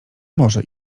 może